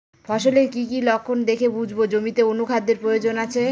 ফসলের কি কি লক্ষণ দেখে বুঝব জমিতে অনুখাদ্যের প্রয়োজন আছে?